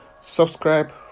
Subscribe